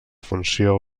funció